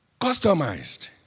Customized